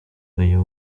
uyu